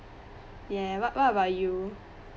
yeah what what about you